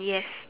yes